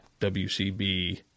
WCB